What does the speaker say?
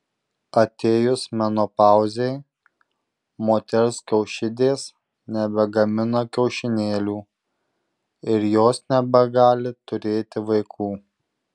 atėjus menopauzei moters kiaušidės nebegamina kiaušinėlių ir jos nebegali turėti vaikų